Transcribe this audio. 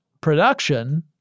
production